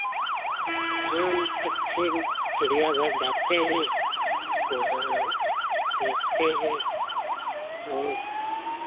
हम पक्षी चिड़ियाघर जाते हैं वहाँ देखते हैं और